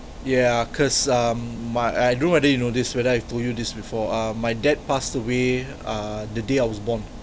yeah because uh my I don't know if you know this whether I've told you this before my dad passed away uh the day I was born